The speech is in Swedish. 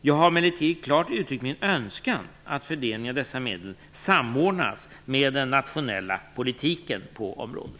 Jag har emellertid klart uttryckt min önskan att fördelningen av dessa medel samordnas med den nationella politiken på området.